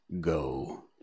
go